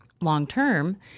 Long-term